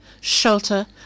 shelter